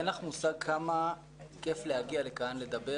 אין לך מושג כמה כייף להגיע לכאן לדבר